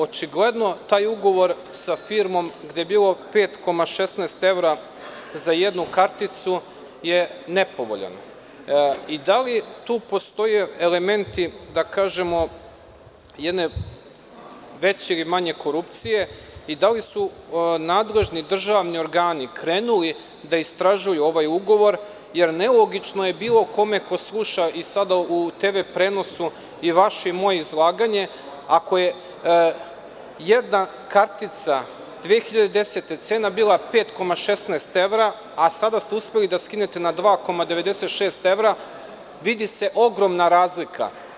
Očigledno taj ugovor sa firmom gde je bilo 5,16 evra za jednu karticu je nepovoljan, i da li tu postoje elementi da kažemo jedne veće ili manje korupcije i da li su nadležni državni organi krenuli da istražuju ovaj ugovor, jer nelogično je bilo kome ko sluša i sada u TV prenosu i vaše i moje izlaganje ako je jedna kartica 2010. cena bila 5,16 evra, a sada ste uspeli da skinete na 2,96 evra vidi se ogromna razlika?